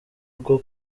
rwo